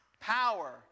Power